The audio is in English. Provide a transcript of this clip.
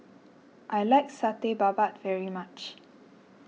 I like Satay Babat very much